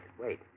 wait